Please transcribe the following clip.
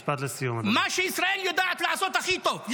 מה שישראל יודעת לעשות הכי טוב,